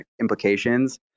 implications